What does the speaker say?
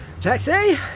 Taxi